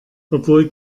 obwohl